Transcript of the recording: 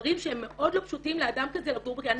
דברים שהם מאוד לא פשוטים לאדם כזה לגור בקהילה.